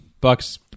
Buck's